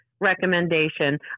recommendation